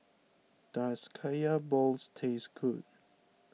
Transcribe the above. does Kaya Balls taste good